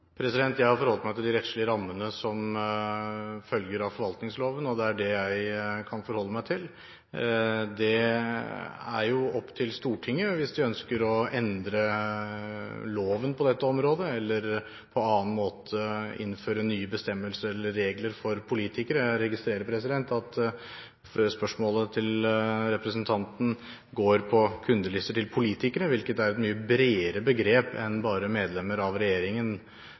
Jeg har forholdt meg til de rettslige rammene som følger av forvaltningsloven. Det er det jeg kan forholde meg til. Det er opp til Stortinget om det ønsker å endre loven på dette området, eller på annen måte innføre nye bestemmelser eller regler for politikere. Jeg registrerer at spørsmålet til representanten går på kundelister til politikere, hvilket er et mye bredere begrep enn bare medlemmer av regjeringen.